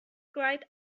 cried